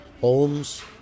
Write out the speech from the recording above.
homes